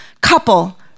couple